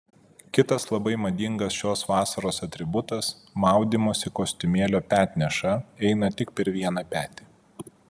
kitas labai madingas šios vasaros atributas maudymosi kostiumėlio petneša eina tik per vieną petį